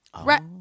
Right